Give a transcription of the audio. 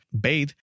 bathe